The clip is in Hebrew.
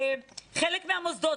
חלק מהמוסדות,